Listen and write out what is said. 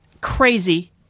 Crazy